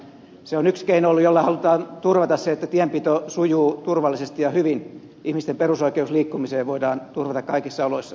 se on ollut yksi keino jolla halutaan turvata se että tienpito sujuu turvallisesti ja hyvin ihmisten perusoikeus liikkumiseen voidaan turvata kaikissa oloissa